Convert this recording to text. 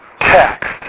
text